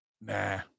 Nah